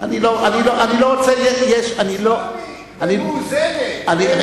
אני לא רוצה, שלומי מאוזנת, באמת.